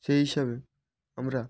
সেই হিসাবে আমরা